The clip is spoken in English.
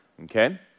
Okay